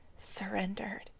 surrendered